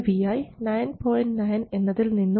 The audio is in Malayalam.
9 എന്നതിൽനിന്നും 9